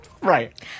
Right